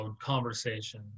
conversation